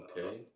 Okay